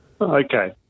Okay